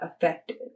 effective